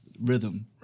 rhythm